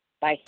Bye